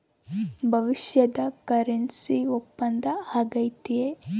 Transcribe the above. ಭವಿಷ್ಯದ ಕರೆನ್ಸಿ ಒಪ್ಪಂದ ಆಗೈತೆ